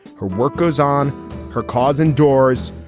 her work goes on her cause indoors.